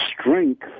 strength